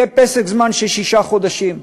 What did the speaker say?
יהיה פסק-זמן של שישה חודשים,